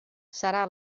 serà